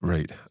Right